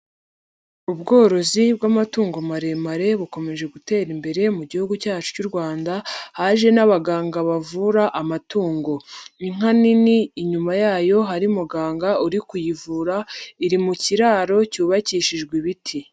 Ubworozi bw'amatungo maremare bukomeje gutera imbere mu gihugu cyacu cy'u Rwanda haje n'abaganga bavura amatungo, inka nini inyuma yayo hari umuganga uri kuyivura iri mu kiraro cyubakishijwe ibiti.